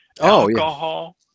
alcohol